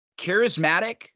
charismatic